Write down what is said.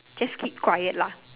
just keep quiet lah